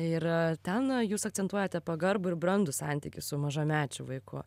ir ten jūs akcentuojate pagarbų ir brandų santykį su mažamečiu vaiku